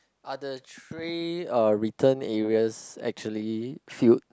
are the tray uh return areas actually filled